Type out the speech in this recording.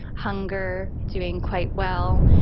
hunger, doing quite well.